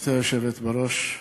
גברתי היושבת בראש,